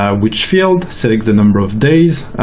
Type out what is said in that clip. ah which field, select the number of days,